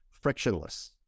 frictionless